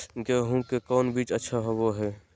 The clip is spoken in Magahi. गेंहू के कौन बीज अच्छा होबो हाय?